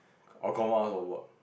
I will confirm ask for work